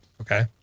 Okay